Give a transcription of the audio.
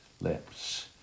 lips